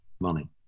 money